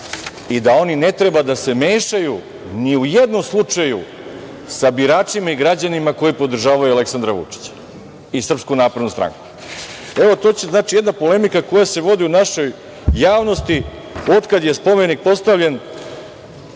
i da oni ne treba da se mešaju ni u jednom slučaju sa biračima i građanima koji podržavaju Aleksandra Vučića i Srpsku naprednu stranku. Eto, to je jedna polemika koja se vodi u našoj javnosti od kada je spomenik postavljen.